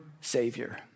Savior